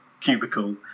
cubicle